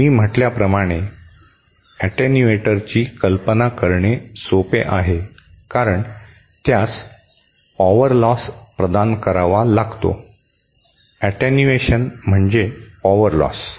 मी म्हटल्याप्रमाणे ऍटेन्युएटरची कल्पना करणे सोपे आहे कारण त्यास पॉवर लॉस प्रदान करावा लागतो ऍटेन्युएशन म्हणजे पॉवर लॉस